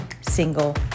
single